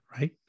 right